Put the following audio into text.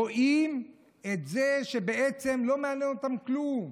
רואים את זה שבעצם לא מעניין אותם כלום.